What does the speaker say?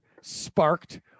sparked